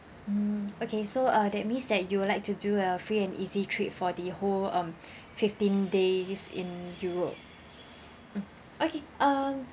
mm okay so uh that means that you'd like to do a free and easy trip for the whole um fifteen days in europe mm okay um